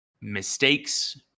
Mistakes